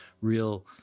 real